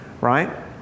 right